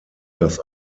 das